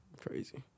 crazy